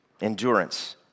endurance